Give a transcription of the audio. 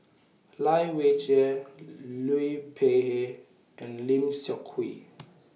Lai Weijie Liu Peihe and Lim Seok Hui